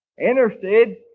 interested